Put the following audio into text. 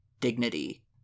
dignity